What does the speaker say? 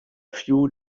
few